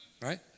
Right